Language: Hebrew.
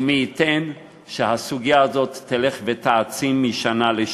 ומי ייתן שהסוגיה הזאת תלך ותעצים משנה לשנה.